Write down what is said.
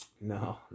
no